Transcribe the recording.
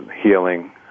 healing